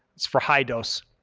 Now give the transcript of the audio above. for high dose.